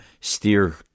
steer